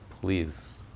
please